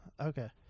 okay